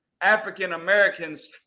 African-Americans